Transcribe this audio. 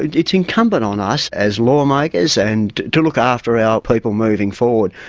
it's incumbent on us as lawmakers and to look after our people moving forward.